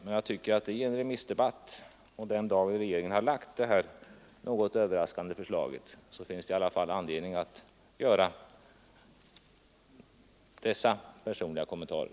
Men i denna remissdebatt, och samma dag som regeringen har lagt fram dessa något överraskande förslag, tycker jag mig ändå ha haft anledning att göra dessa personliga kommentarer.